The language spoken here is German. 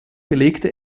belegte